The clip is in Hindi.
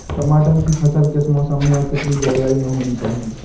टमाटर की फसल किस मौसम व कितनी जलवायु में होनी चाहिए?